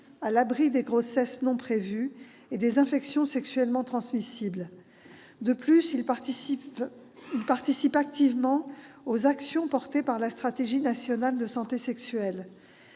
à l'abri des grossesses non prévues et des infections sexuellement transmissibles. Il participe en outre activement aux actions portées par la stratégie nationale de santé sexuelle.